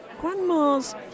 grandmas